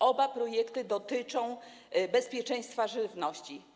Oba projekty dotyczą bezpieczeństwa żywności.